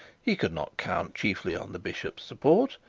he could not count chiefly on the bishop's support,